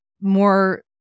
more